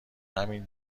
همه